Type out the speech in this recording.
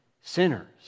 sinners